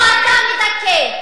פה אתה מדכא.